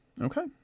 Okay